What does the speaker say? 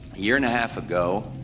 year-and-a-half ago,